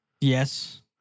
Yes